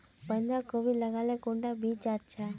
बंधाकोबी लगाले कुंडा बीज अच्छा?